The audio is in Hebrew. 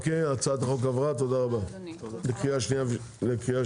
אוקיי הצעת החוק עברה בקריאה שניה ושלישית.